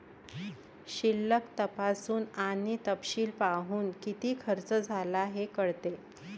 शिल्लक तपासून आणि तपशील पाहून, किती खर्च झाला हे कळते